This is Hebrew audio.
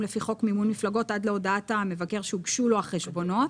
לפי חוק מימון מפלגות עד להודעת המבקר שהוגשו לו החשבונות.